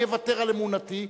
אני אוותר על אמונתי,